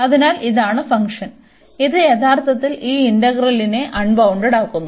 അതിനാൽ ഇതാണ് ഫംഗ്ഷൻ ഇത് യഥാർത്ഥത്തിൽ ഈ ഇന്റഗ്രന്റിനെ അൺബൌൺണ്ടഡാക്കുന്നു